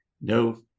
no